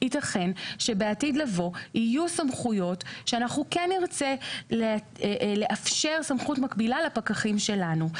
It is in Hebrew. יהיו סמכויות שכן נרצה לאפשר סמכות מקבילה לפקחים שלנו.